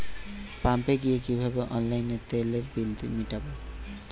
পাম্পে গিয়ে কিভাবে অনলাইনে তেলের বিল মিটাব?